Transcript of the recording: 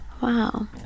Wow